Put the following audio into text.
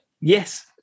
Yes